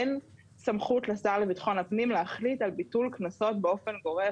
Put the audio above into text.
אין סמכות לשר לביטחון פנים להחליט על ביטול קנסות באופן גורף.